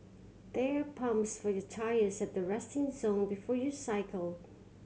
there pumps for your tyres at the resting zone before you cycle